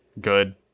Good